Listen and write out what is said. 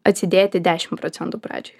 atsidėti dešim procentų pradžiai